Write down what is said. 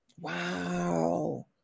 Wow